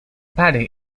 paddy